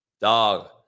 Dog